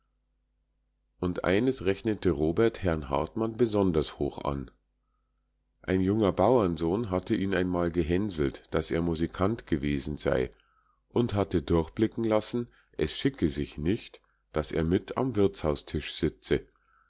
und eines rechnete robert herrn hartmann besonders hoch an ein junger bauernsohn hatte ihn einmal gehänselt daß er musikant gewesen sei und hatte durchblicken lassen es schicke sich nicht daß er mit am wirtshaustisch sitze